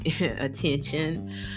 attention